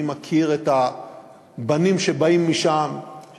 אני מכיר את הבנים שבאים משם,